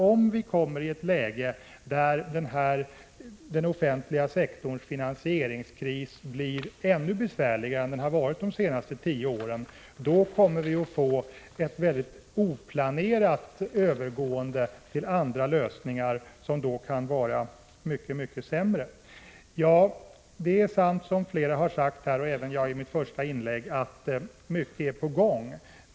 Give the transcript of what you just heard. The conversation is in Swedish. Om vi hamnar i det läget att den offentliga sektorns finansieringskris blir ännu besvärligare än den har varit under de senaste tio åren, riskerar vi annars att få en oplanerad övergång till andra lösningar, som kan bli väsentligt sämre. Ja, det är sant att mycket är på gång. Flera andra talare här har sagt det, även jag i mitt första inlägg.